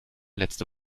letzte